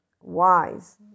wise